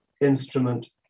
instrument